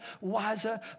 wiser